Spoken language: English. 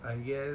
I guess